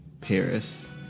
Paris